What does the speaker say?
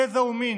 גזע ומין.